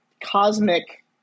cosmic